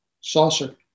saucer